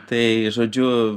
tai žodžiu